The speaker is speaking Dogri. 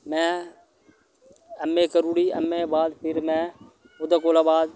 मैं ऐम ऐ करी उड़ी ऐम ए दे बाद फिर मैं ओह्दे कोला बाद